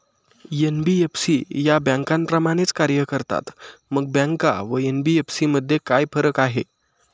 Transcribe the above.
NBFC या बँकांप्रमाणेच कार्य करतात, मग बँका व एन.बी.एफ.सी मध्ये काय फरक आहे?